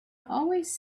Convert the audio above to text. always